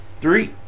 three